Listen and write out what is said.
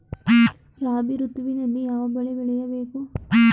ರಾಬಿ ಋತುವಿನಲ್ಲಿ ಯಾವ ಬೆಳೆ ಬೆಳೆಯ ಬೇಕು?